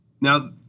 Now